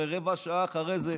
הרי רבע שעה אחרי זה,